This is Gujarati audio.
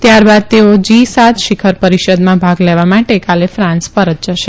તયારબાદ તેઓ જી સાત શિખર પરિષદમાં ભાગ લેવા માટે કાલે ફાંસ પરત જશે